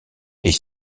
est